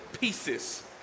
pieces